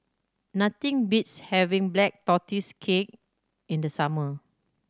nothing beats having Black Tortoise Cake in the summer